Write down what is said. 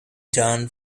turn